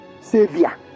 Savior